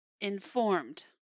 informed